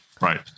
right